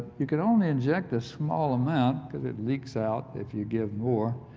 you can only inject a small amount because it likes out if you give more